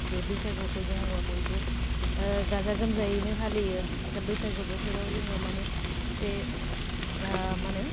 बे बैसागुखौ जोङो बयबो गाजा गोमजायैनो फालियो दा बैसागु बोथोराव जोङो मानि जे मा होनो